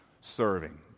serving